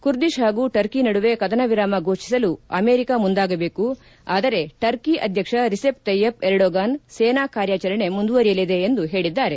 Kurdish ಹಾಗೂ Turkey ನಡುವೆ ಕದನ ವಿರಾಮ ಘೋಷಿಸಲು ಅಮೆರಿಕ ಮುಂದಾಗಬೇಕು ಆದರೆ ಟರ್ಕಿ ಅಧ್ಯಕ್ಷ ರಿಸೆಪ್ ತ್ವೆಯಪ್ ಎರ್ಡೋಗಾನ್ ಸೇನಾ ಕಾರ್ಯಾಚರಣೆ ಮುಂದುವರೆಯಲಿದೆ ಎಂದು ಹೇಳಿದ್ದಾರೆ